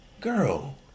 Girl